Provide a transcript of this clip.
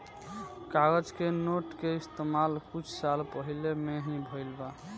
कागज के नोट के इस्तमाल कुछ साल पहिले में ही भईल बा